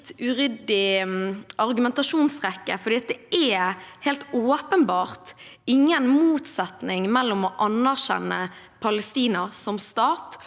uryddig argumentasjonsrekke. Det er helt åpenbart ingen motsetning mellom å anerkjenne Palestina som stat